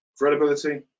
Reliability